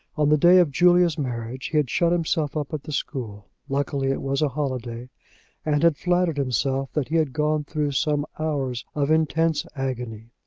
on the day of julia's marriage he had shut himself up at the school luckily it was a holiday and had flattered himself that he had gone through some hours of intense agony.